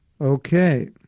Okay